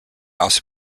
also